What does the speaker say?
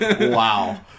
Wow